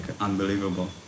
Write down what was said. unbelievable